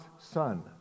son